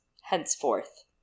Henceforth